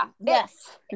yes